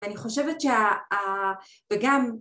ואני חושבת שגם